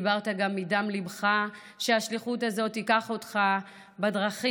דיברת גם מדם ליבך על כך שהשליחות הזאת תיקח אותך בדרכים,